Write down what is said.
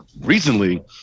recently